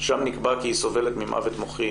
שם נקבע שהיא סובלת ממוות מוחי.